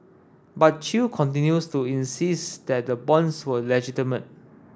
but Chew continues to insist that the bonds were legitimate